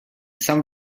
san